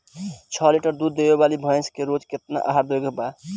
छह लीटर दूध देवे वाली भैंस के रोज केतना आहार देवे के बा?